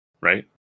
right